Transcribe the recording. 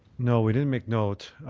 no, we didn't make note.